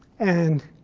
and